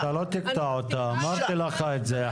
ח"כ שיקלי אתה לא תקטע אותה, אמרתי לך את זה.